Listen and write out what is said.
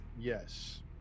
Yes